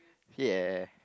ya